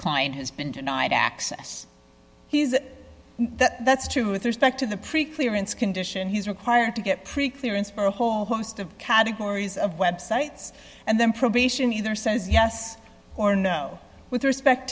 client has been denied access he's that's true with respect to the pre clearance condition he's required to get preclearance for a whole host of categories of websites and then probation either says yes or no with respect